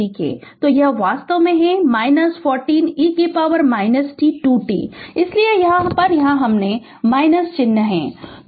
तो यह वास्तव में है 40 e t 2 t इसीलिए यह चिन्ह यहाँ है